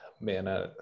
man